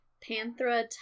Panthera